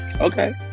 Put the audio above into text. Okay